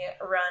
run